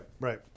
right